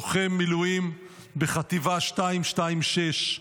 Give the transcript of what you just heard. לוחם מילואים בחטיבה 226,